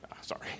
Sorry